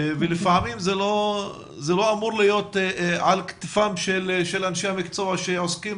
זה לא אמור להיות על כתפם של אנשי המקצוע שעוסקים